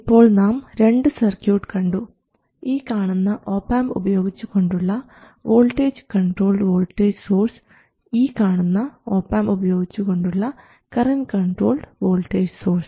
ഇപ്പോൾ നാം രണ്ട് സർക്യൂട്ട് കണ്ടു ഈ കാണുന്ന ഒപാംപ് ഉപയോഗിച്ചുകൊണ്ടുള്ള വോൾട്ടേജ് കൺട്രോൾഡ് വോൾട്ടേജ് സോഴ്സ് ഈ കാണുന്ന ഒപാംപ് ഉപയോഗിച്ചുകൊണ്ടുള്ള കറൻറ് കൺട്രോൾഡ് വോൾട്ടേജ് സോഴ്സ്